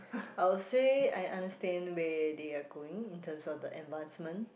I'll say I understand where they are going in terms of the advancement